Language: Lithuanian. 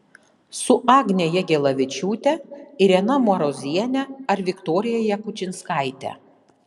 su agne jagelavičiūte irena maroziene ar viktorija jakučinskaite